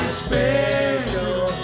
special